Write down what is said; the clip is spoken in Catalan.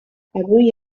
avui